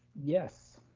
yes.